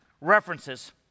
references